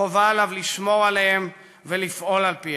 חובה עליו לשמור עליהם ולפעול על-פיהם.